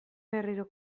berriro